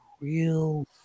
real